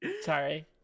sorry